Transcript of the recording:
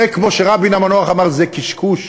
כמו שרבין המנוח אמר, זה קשקוש,